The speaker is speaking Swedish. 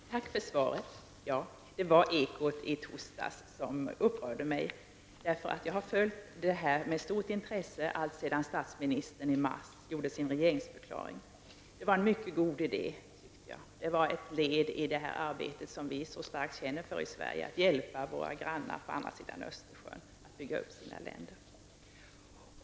Herr talman! Tack för svaret, statsrådet! Ja, det var Ekot i torsdags som upprörde mig. Jag har nämligen följt denna fråga med stort intresse alltsedan statsministern i mars tillkännagav sin regeringsförklaring. Det var en mycket god idé och ett led i det arbete som vi så starkt känner för i Sverige, nämligen det som går ut på att hjälpa våra grannar på andra sidan Östersjön att bygga upp sina länder.